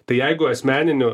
tai jeigu asmeniniu